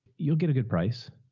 you'll get a good price.